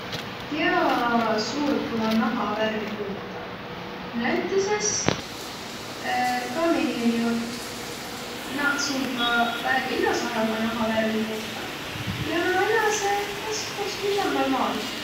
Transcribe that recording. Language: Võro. Kiä suut umma nahavärvi muutaq? Näütüses kameeleoniq. Naaq suutvaq väega ilosahe umma nahavärvi muutaq. Ja nä eläseq vast koskil lämmäl maal,